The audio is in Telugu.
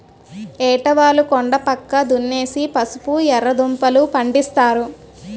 ఏటవాలు కొండా పక్క దున్నేసి పసుపు, ఎర్రదుంపలూ, పండిస్తారు